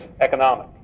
economic